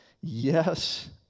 yes